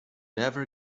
never